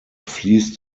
fliesst